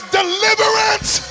deliverance